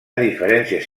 diferències